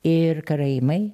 ir karaimai